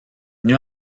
venu